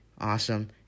awesome